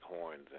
horns